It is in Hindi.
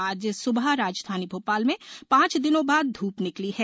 आज स्बह राजधानी भोपाल में पांच दिनों बाद धूप निकली है